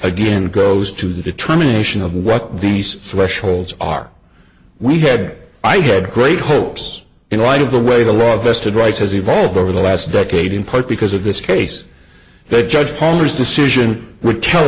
again goes to the determination of what these thresholds are we had i had great hopes in light of the way the law vested rights has evolved over the last decade in part because of this case the judge ponders decision would tell